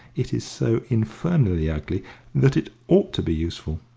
it is so infernally ugly that it ought to be useful.